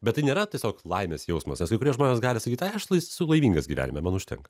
bet tai nėra tiesiog laimės jausmas nes kai kurie žmonės gali sakyti ai aš es esu laimingas gyvenime man užtenka